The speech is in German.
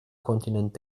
kontinent